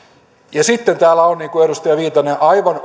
ja eri termein sitten täällä ovat niin kuin edustaja viitanen aivan